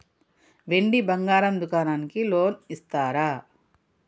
వెండి బంగారం దుకాణానికి లోన్ ఇస్తారా?